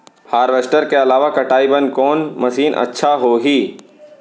Harvester के अलावा कटाई बर कोन मशीन अच्छा होही?